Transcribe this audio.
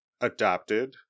adopted